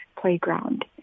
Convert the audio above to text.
playground